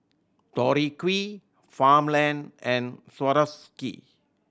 Tori Q Farmland and Swarovski